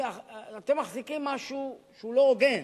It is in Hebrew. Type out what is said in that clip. אתם מחזיקים משהו שהוא לא הוגן.